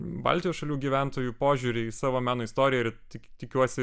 baltijos šalių gyventojų požiūrį į savo meno istoriją ir tik tikiuosi